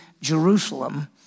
Jerusalem